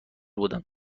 بودم